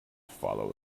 follow